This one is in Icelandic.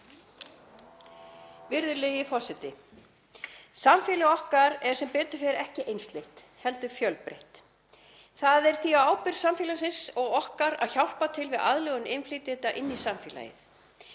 Virðulegi forseti. Samfélag okkar er sem betur fer ekki einsleitt heldur fjölbreytt. Það er því á ábyrgð samfélagsins og okkar að hjálpa til við aðlögun innflytjenda inn í samfélagið;